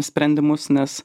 sprendimus nes